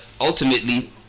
ultimately